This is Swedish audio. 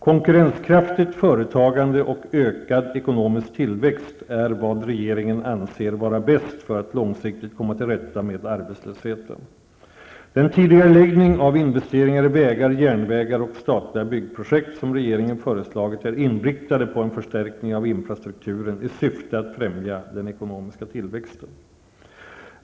Konkurrenskraftigt företagande och ökad ekonomisk tillväxt är vad regeringen anser vara bäst för att långsiktigt komma till rätta med arbetslösheten. Den tidigareläggning av investeringar i vägar, järnvägar och statliga byggprojekt som regeringen föreslagit är inriktad på en förstärkning av infrastrukturen i syfte att främja den ekonomiska tillväxten.